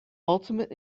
ultimate